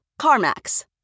CarMax